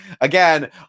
Again